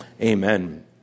Amen